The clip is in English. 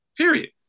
period